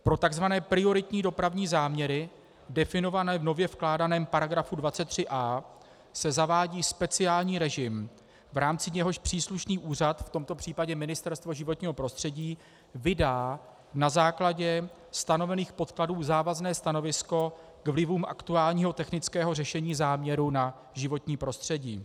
Pro takzvané prioritní záměry definované v nově vkládaném § 23a se zavádí speciální režim, v jehož rámci příslušný úřad, v tomto případě Ministerstvo životního prostředí, vydá na základě stanovených podkladů závazné stanovisko k vlivům aktuálního technického řešení záměru na životní prostředí.